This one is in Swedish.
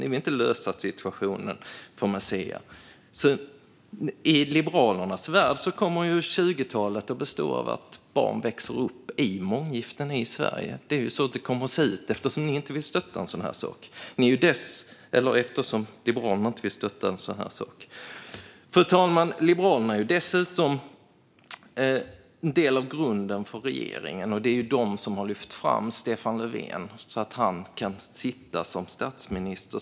Ni vill inte lösa situationen för Marzieh. I Liberalernas värld kommer det att finnas barn i Sverige på 2020-talet som växer upp i månggiften. Så kommer det att se ut eftersom Liberalerna inte vill stötta en sådan här sak. Fru talman! Liberalerna är dessutom en del av regeringsunderlaget och har lyft fram Stefan Löfven som statsminister.